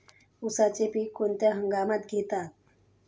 उसाचे पीक कोणत्या हंगामात घेतात?